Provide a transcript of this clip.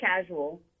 casual